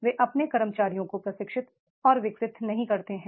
वे अपने कर्मचारियों को प्रशिक्षित और विकसित नहीं करते हैं